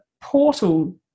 portal